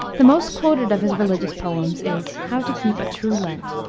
the most quoted of his religious poems is, how to keep a true lent.